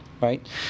right